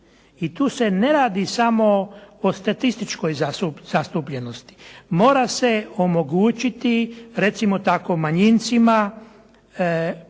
I tu se ne radi samo o statističkoj zastupljenosti. Mora se omogućiti recimo tako manjincima